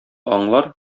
аңлар